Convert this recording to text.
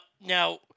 now